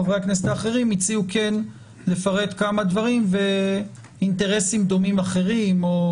חברי הכנסת האחרים הציעו לפרט כמה דברים ואינטרסים דומים אחרים או